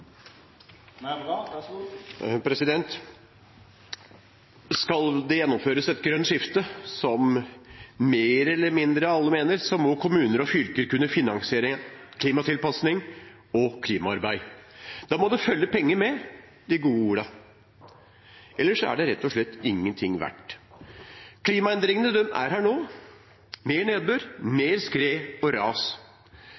Da må det følge penger med de gode ordene, ellers er det rett og slett ingenting verdt. Klimaendringene er her nå, med mer nedbør,